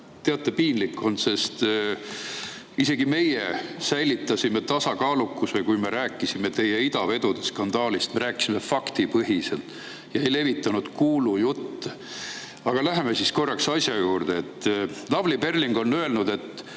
teate, piinlik on. Isegi meie säilitasime tasakaalukuse, kui me rääkisime teie idavedude skandaalist. Me rääkisime faktipõhiselt ja ei levitanud kuulujutte. Aga läheme korraks asja juurde. Lavly Perling on öelnud, et